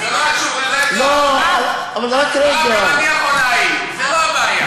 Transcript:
אנחנו, גם אני יכול להעיד, זה לא הבעיה.